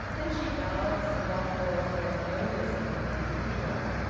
and she bowed somewhat more ceremoniously than usual.